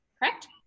Correct